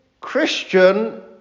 Christian